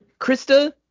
Krista